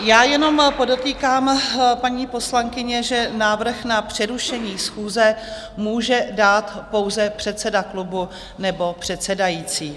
Já jenom podotýkám, paní poslankyně, že návrh na přerušení schůze může dát pouze předseda klubu nebo předsedající.